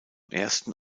ersten